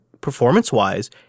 performance-wise